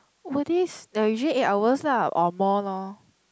over days ya usually eight hours lah or more loh